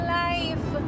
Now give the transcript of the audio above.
life